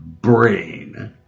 brain